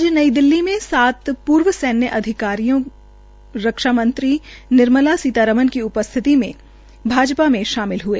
आज नई दिल्ली में सात पूर्व सैन्य अधिकारी रक्षा मंत्री निर्मला सीतारमन की उपस्थिति में भाजपा में शामिल हुए